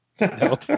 No